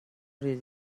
did